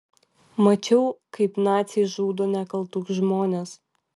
mačiau kaip naciai žudo nekaltus žmones